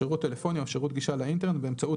שירות טלפוניה או שירות גישה לאינטרנט באמצעות